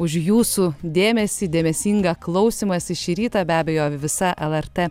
už jūsų dėmesį dėmesingą klausymąsi šį rytą be abejo visa lrt